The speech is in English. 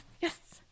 yes